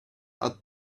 add